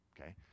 Okay